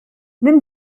nimm